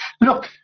look